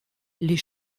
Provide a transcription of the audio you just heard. les